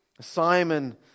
Simon